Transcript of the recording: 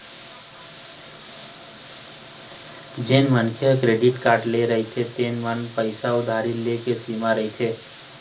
जेन मनखे ह क्रेडिट कारड ले रहिथे तेन म पइसा उधारी ले के सीमा रहिथे